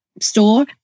store